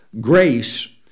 Grace